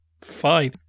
Fine